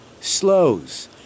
slows